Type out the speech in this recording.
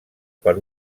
per